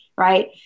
Right